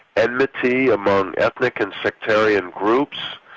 enmity among ethnic and sectarian groups?